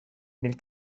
nel